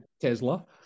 Tesla